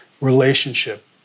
relationship